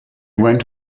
went